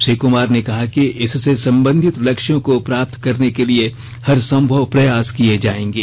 श्री कुमार ने कहा कि इससे संबंधित लक्ष्यों को प्राप्त करने के लिए हरसंभव प्रयास किये जायेंगे